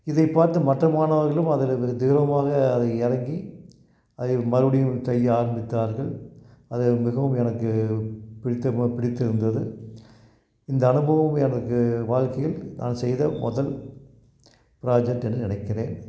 இதைப் பார்த்து மற்ற மாணவர்களும் அதிலேயே மிகத்தீவிரமாக அதை இறங்கி அதை மறுபடியும் செய்ய ஆரம்பித்தார்கள் அது மிகவும் எனக்கு பிடித்த பிடித்திருந்தது இந்த அனுபவம் எனக்கு வாழ்க்கையில் நான் செய்த முதல் ப்ராஜெக்ட் என்று நினைக்கிறேன்